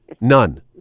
None